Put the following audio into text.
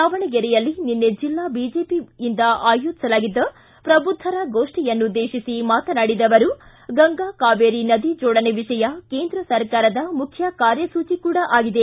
ದಾವಣಗೆರೆಯಲ್ಲಿ ನಿನ್ನೆ ಜಿಲ್ಲಾ ಬಿಜೆಪಿಯಿಂದ ಅಯೋಜಿಸಲಾಗಿದ್ದ ಪ್ರಬುದ್ದರ ಗೋಷ್ಠಿಯನ್ನುದ್ದೇತಿಸಿ ಮಾತನಾಡಿದ ಅವರು ಗಂಗಾ ಕಾವೇರಿ ನದಿ ಜೋಡಣೆ ವಿಷಯ ಕೇಂದ್ರ ಸರ್ಕಾರದ ಮುಖ್ಯ ಕಾರ್ಯಸೂಚಿ ಕೂಡ ಆಗಿದೆ